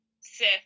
Sith